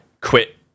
quit